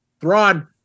Thrawn